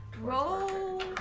Roll